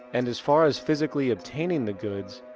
and as far as physically obtaining the goods,